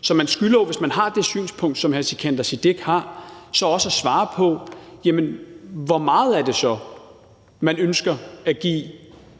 Så hvis man har det synspunkt, som hr. Sikandar Siddique har, skylder man også at svare på, hvor meget det så er, man ønsker at give